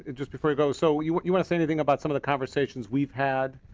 just before you go. so you want you want to say anything about some of the conversations we've had,